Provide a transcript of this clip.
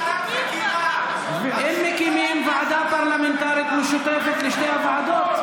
הם מקימים ועדה פרלמנטרית משותפת לשתי הוועדות.